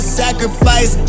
sacrifice